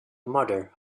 mother